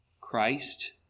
Christ